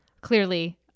Clearly